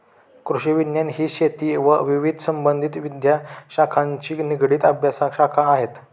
कृषिविज्ञान ही शेती व विविध संबंधित विद्याशाखांशी निगडित अभ्यासशाखा आहे